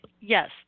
Yes